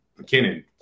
McKinnon